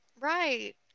Right